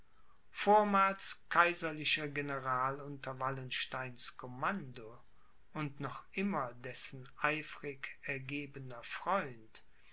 vormals kaiserlicher general unter wallensteins commando und noch immer dessen eifrig ergebener freund